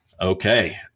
Okay